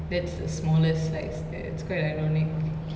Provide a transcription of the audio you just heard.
that's the smallest size there it's quite ironic